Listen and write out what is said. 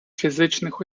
фізичних